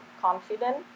confident